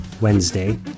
Wednesday